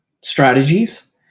strategies